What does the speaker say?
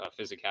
physicality